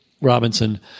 Robinson